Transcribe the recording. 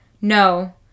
No